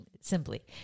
simply